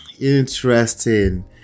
Interesting